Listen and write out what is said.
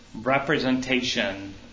representation